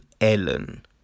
Ellen